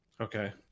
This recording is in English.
Okay